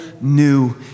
new